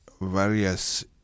various